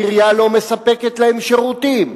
העירייה לא מספקת להם שירותים,